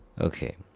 Okay